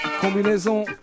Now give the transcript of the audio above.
Combinaison